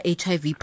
hiv